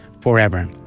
forever